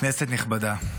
כנסת נכבדה,